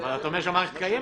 אבל אתה אומר שהמערכת קיימת.